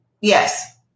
Yes